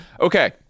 Okay